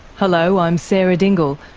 hello, i'm sarah dingle,